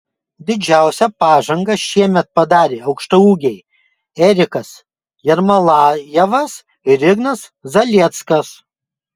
didžiausią pažangą šiemet padarė aukštaūgiai erikas jermolajevas ir ignas zalieckas